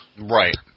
Right